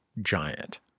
giant